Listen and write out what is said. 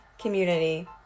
Community